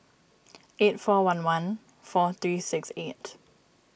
eight four one one four three six eight